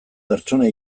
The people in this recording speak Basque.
pertsona